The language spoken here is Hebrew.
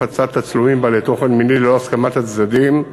הפצת תצלומים בעלי תוכן מיני ללא הסכמת הצדדים)